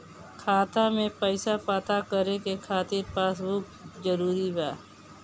खाता में पईसा पता करे के खातिर पासबुक जरूरी बा?